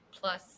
plus